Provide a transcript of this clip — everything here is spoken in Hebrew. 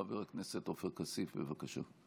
חבר הכנסת עופר כסיף, בבקשה.